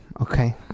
okay